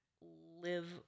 live